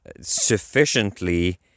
sufficiently